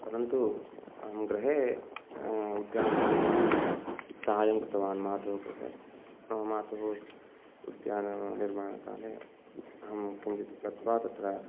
परन्तु अहं गृहे उद्याननिर्माणे साहाय्यं कृतवान् मातुः कृते मम मातुः उद्याननिर्माणकाले अहं किञ्चित् गत्वा तत्र